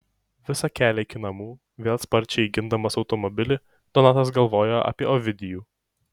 visą kelią iki namų vėl sparčiai gindamas automobilį donatas galvojo apie ovidijų